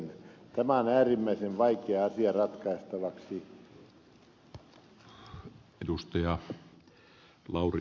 tämä on äärimmäisen vaikea asia ratkaistavaksi